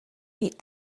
meet